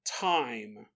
time